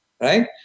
Right